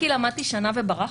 רק כי למדתי שנה וברחתי?